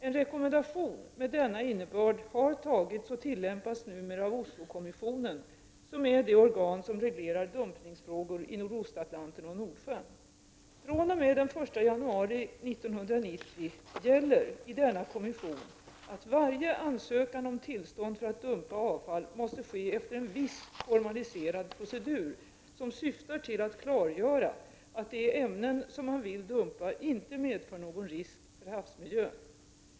En rekommendation med denna innebörd har antagits och tillämpas numera av Oslokommissionen, som är det organ som reglerar dumpningsfrågor när det gäller Nordostatlanten och Nordsjön. fr.o.m. den 1 januari 1990 gäller i denna kommission att varje ansökan om tillstånd för att dumpa avfall måste ske efter en viss formaliserad procedur, som syftar till att klargöra att de ämnen som man vill dumpa inte medför någon risk för havsmiljön.